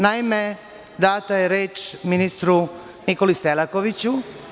Naime, data je reč ministru Nikoli Selakoviću.